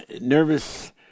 nervous